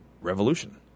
revolution